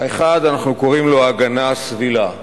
האחד, אנחנו קוראים לו הגנה סבילה: